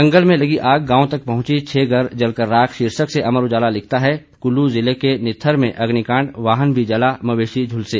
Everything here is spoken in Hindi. जंगल में लगी आग गांव तक पहुंची छह घर जलकर राख शीर्षक से अमर उजाला लिखता है कुल्लू जिले के नित्थर में अग्निकांड वाहन भी जला मवेशी झुलसे